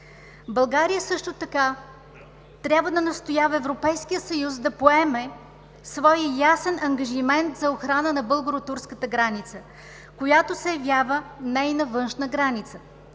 България също така трябва да настоява Европейският съюз да поеме свой ясен ангажимент за охрана на българо-турската граница, която се явява нейна външна граница.